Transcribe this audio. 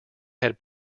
had